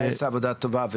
נעשתה עבודה טובה,